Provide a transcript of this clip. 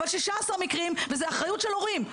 אבל 16 מקרים וזה באחריות של הורים.